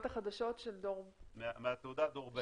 החדשות של דור --- מתעודת דור ב'.